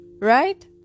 right